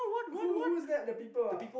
who who is that the people ah